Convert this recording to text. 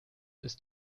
ist